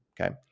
Okay